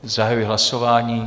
Zahajuji hlasování.